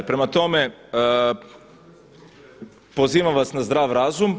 Prema tome, pozivam vas na zdrav razum.